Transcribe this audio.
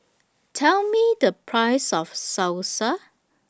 Tell Me The Price of Salsa